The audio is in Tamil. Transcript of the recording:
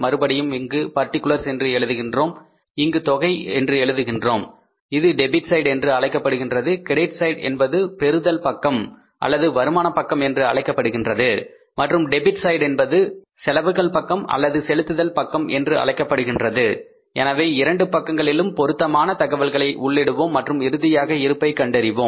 மறுபடியும் இங்கு பர்டிகுலர்ஸ் என்று எழுதுகின்றோம் இங்கு தொகை என்று எழுதுகின்றோம் இது டெபிட் சைடு என்று அழைக்கப்படுகின்றது கிரெடிட் சைடு என்பது பெறுதல் பக்கம் அல்லது வருமான பக்கம் என்று அழைக்கப்படுகின்றது மற்றும் டெபிட் சைட் என்பது செலவுகள் பக்கம் அல்லது செலுத்துதல் பக்கம் என்று அழைக்கப்படுகின்றது எனவே இரண்டு பக்கங்களிலும் பொருத்தமான தகவல்களை உள்ளிடுவோம் மற்றும் இறுதியாக இருப்பை கணக்கிடுவோம்